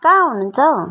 कहाँ हुनुहुन्छ हौ